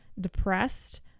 depressed